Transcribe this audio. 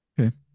Okay